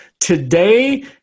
Today